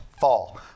fall